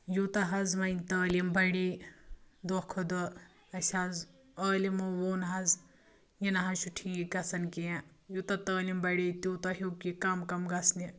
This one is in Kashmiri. یوٗتاہ حظ وۄنۍ تعلیٖم بڑے دۄہ کھۄتہٕ دۄہ اسہِ حظ عٲلمَو ووٚن حظ یہِ نہ حظ چھُ ٹھیٖک گژھان کیٛنٚہہ یوٗتاہ تعلیٖم بَڑے تیوٗتاہ ہیوٚکھ یہِ کم کم گژھٕ نہٕ